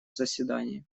заседании